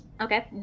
Okay